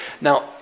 Now